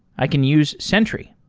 i can use sentry.